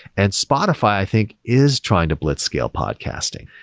and spotify i think is trying to blitzskill podcasting.